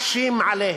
מקשים עליהם.